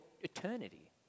eternity